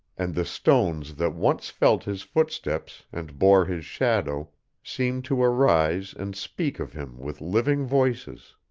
and the stones that once felt his footsteps and bore his shadow seem to arise and speak of him with living voices.